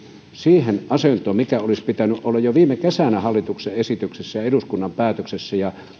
siihen asentoon mikä olisi pitänyt olla jo viime kesänä hallituksen esityksessä ja eduskunnan päätöksessä